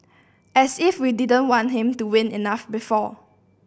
as if we didn't want him to win enough before